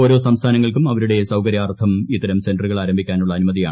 ഓരോ സംസ്ഥാനങ്ങൾക്കും അവരുടെ സൌകര്യാർത്ഥം ഇത്തരം സെന്ററുകൾ ആരംഭിക്കാനുള്ള അനുമതിയാണ് ഐ